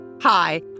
Hi